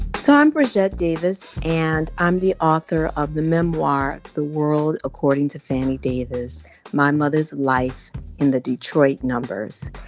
so i'm bridgett davis, and i'm the author of the memoir, the world according to fannie davis my mother's life in the detroit numbers.